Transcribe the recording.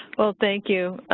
well thank you.